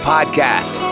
Podcast